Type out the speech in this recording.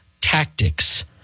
tactics